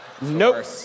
Nope